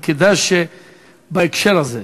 וכדאי שבהקשר הזה,